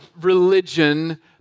religion